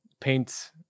paint